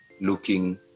looking